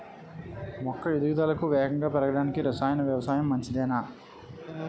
మొక్క ఎదుగుదలకు వేగంగా పెరగడానికి, రసాయన వ్యవసాయం మంచిదేనా?